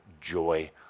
joy